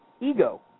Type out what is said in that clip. ego